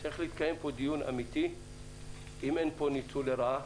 צריך להתקיים פה דיון אמיתי אם אין פה ניצול לרעה.